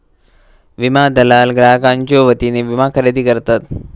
विमा दलाल ग्राहकांच्यो वतीने विमा खरेदी करतत